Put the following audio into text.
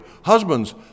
Husbands